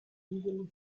usually